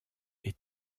est